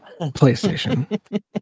PlayStation